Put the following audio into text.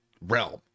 realm